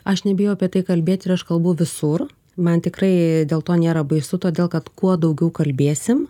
aš nebijau apie tai kalbėt ir aš kalbu visur man tikrai dėl to nėra baisu todėl kad kuo daugiau kalbėsim